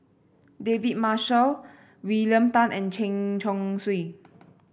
David Marshall William Tan and Chen Chong Swee